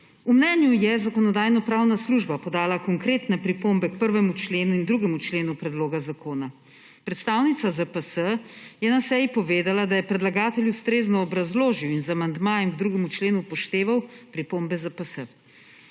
V mnenju je Zakonodajno-pravna služba podala konkretne pripombe k 1. členu in 2. členu predloga zakona. Predstavnica ZPS je na seji povedala, da je predlagatelj ustrezno obrazložil in z amandmajem k 2. členu upošteval pripombe ZPS.